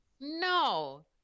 No